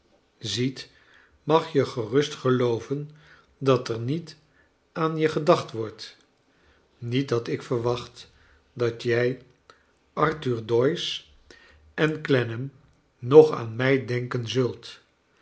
ziet mag je gerust gelooven dat er niet aan je gedacht wordt niet dat ik verwacht dat jij arthur doyce en clennam nog aan mij denken zult